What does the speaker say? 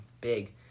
big